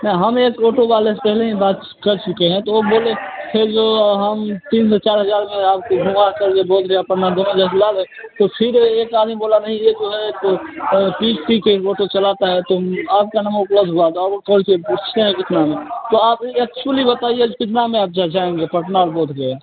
नहीं हम एक ऑटो वाले से पहलें ही बात कर चुके हैं तो वो बोले थे जो हम तीन से चार हज़ार में आप के घूमा कर जे बोध गया पटना दोनों तो ठीक है एक आदमी बोला नहीं ये तो है एक पी पी के ऑटो चलाता है तो आपका नंबर उपलब्ध हुआ तो आपको कॉल किए पूछते हैं कितना में तो आप ये एक्चुअली बताइए ये कितना में आप जाएँगे पटना और बौध गया